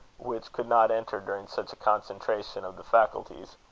which could not enter during such a concentration of the faculties.